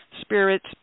spirits